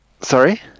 sorry